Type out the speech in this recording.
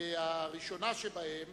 והראשונה שבהן